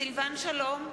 סילבן שלום,